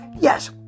yes